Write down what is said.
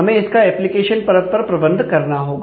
हमें इसका एप्लीकेशन परत पर प्रबंध करना होगा